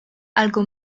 algo